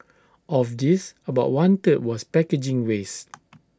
of this about one third was packaging waste